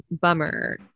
bummer